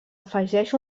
afegeix